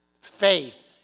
faith